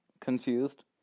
confused